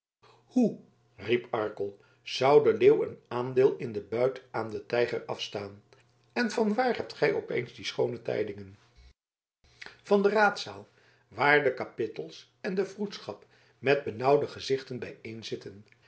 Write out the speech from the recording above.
hoe riep arkel zou de leeuw een aandeel in den buit aan den tijger afstaan en van waar hebt gij op eens die schoone tijdingen van de raadzaal waar de kapittels en de vroedschap met benauwde gezichten